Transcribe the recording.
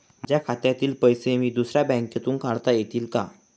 माझ्या खात्यातील पैसे मी दुसऱ्या बँकेतून काढता येतील का?